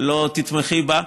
לא תתמכי בה.